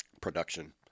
Production